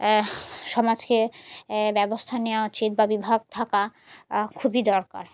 সমাজকে ব্যবস্থা নেওয়া উচিত বা বিভাগ থাকা খুবই দরকার